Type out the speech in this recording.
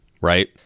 right